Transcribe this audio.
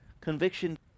Conviction